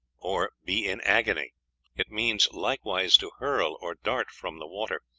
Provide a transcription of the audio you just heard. or be in agony it means likewise to hurl or dart from the water,